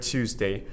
Tuesday